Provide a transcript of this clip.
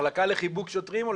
המחלקה לחיבוק שוטרים או לחקירות?